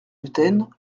gluten